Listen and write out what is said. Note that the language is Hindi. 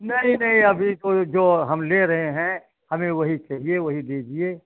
नहीं नहीं अभी तो जो हम ले रहे हैं हमें वही चाहिए वही दीजिए